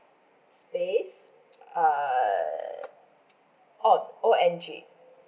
space uh ong O N G